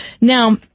Now